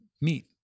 meat